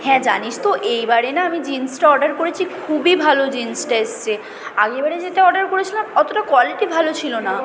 হ্যাঁ জানিস তো এইবারে না আমি জিন্সটা অর্ডার করেছি খুবই ভালো জিন্সটা এসছে আগের বারে যেটা অর্ডার করেছিলাম অতটা কোয়ালিটি ভালো ছিল না